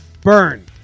Burn